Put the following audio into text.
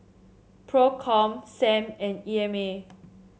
Procom Sam and E M A